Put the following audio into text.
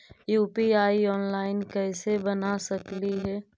UPI online कैसे बना सकली हे?